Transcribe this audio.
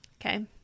okay